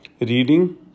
reading